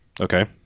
Okay